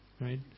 right